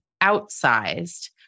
outsized